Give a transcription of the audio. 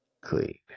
clean